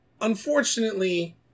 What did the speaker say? unfortunately